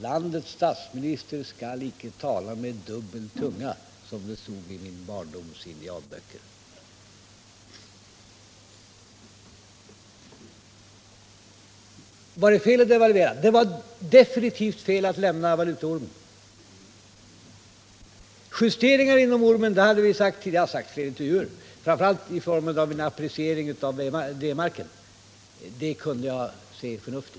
Landets statsminister skall icke tala med dubbel tunga, som det stod i min barndoms indianböcker. Var det fel att devalvera? Det var definitivt fel att lämna valutaormen. Justeringar inom ormen — det har jag sagt tidigare i intervjuer — framför allt i form av en appreciering av D-marken, det kunde jag se förnuft i.